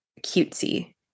cutesy